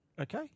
okay